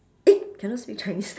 eh cannot speak chinese